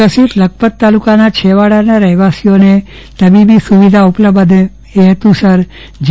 વિકસિત લખપત તાલુકાના છેવાડાના રહેવાસીઓને તબીબી સુવિધા ઉપલબ્ધ બને એ હેતુસર જી